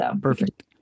Perfect